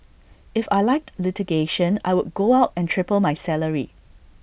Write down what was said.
if I liked litigation I would go out and triple my salary